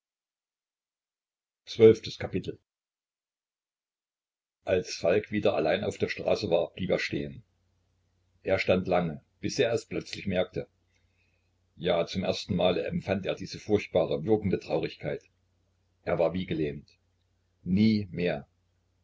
als falk wieder allein auf der straße war blieb er stehen er stand lange bis er es plötzlich merkte ja zum ersten male empfand er diese furchtbare würgende traurigkeit er war wie gelähmt nie mehr